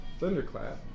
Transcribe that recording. Thunderclap